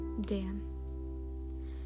Dan